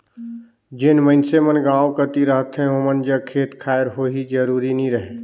जेन मइनसे मन गाँव कती रहथें ओमन जग खेत खाएर होए जरूरी नी रहें